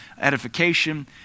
edification